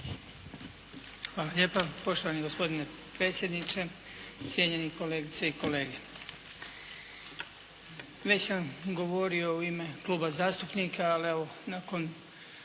Hvala lijepa. Poštovani gospodine predsjedniče, cijenjeni kolegice i kolege. Već sam govorio u ime kluba zastupnika, ali evo nakon